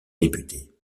députés